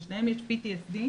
לשניהם יש PTSD,